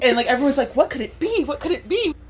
and like, everyone's like, what could it be? what could it be?